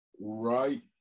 right